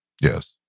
Yes